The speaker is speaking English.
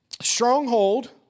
stronghold